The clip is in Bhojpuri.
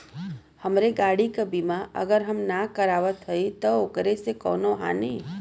हमरे गाड़ी क बीमा अगर हम ना करावत हई त ओकर से कवनों हानि?